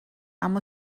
اما